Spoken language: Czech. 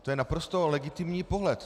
To je naprosto legitimní pohled.